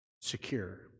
Secure